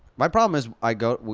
my problem is, i go.